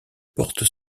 porte